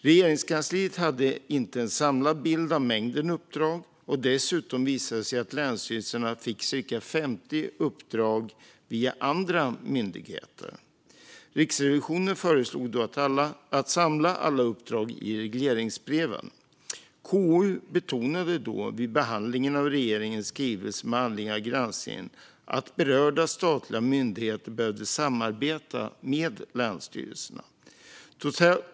Regeringskansliet hade inte en samlad bild av mängden uppdrag, och dessutom visade det sig att länsstyrelserna fick cirka 50 uppdrag via andra myndigheter. Riksrevisionen föreslog då att samla alla uppdrag i regleringsbreven. KU betonade vid behandlingen av regeringens skrivelse med anledning av granskningen att berörda statliga myndigheter behövde samarbeta med länsstyrelserna.